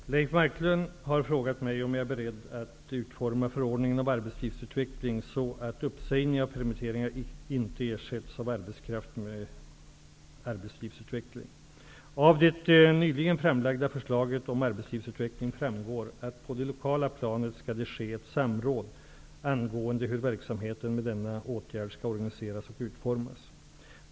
Fru talman! Leif Marklund har frågat mig om jag är beredd att utforma förordningen om arbetslivsutveckling så att uppsägningar och permitteringar inte ersätts av arbetskraft med arbetslivsutveckling. Av det nyligen framlagda förslaget om arbetslivsutveckling framgår att det på det lokala planet skall ske ett samråd angående hur verksamheten med denna åtgärd skall organiseras och utformas.